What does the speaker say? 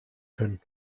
können